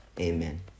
Amen